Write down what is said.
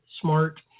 Smart